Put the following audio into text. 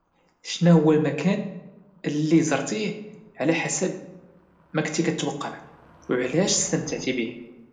شناهوا المكان اللي زرتيه على حسب ما كنتي كتوقع وعلاش استمتعتي بيه؟